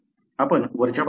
आपण वरच्या बाजूला पाहू या